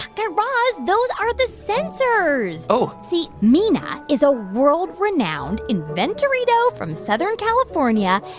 guy raz, those are the sensors oh see, mina is a world-renowned inventor-ito from southern california,